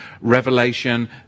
revelation